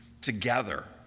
together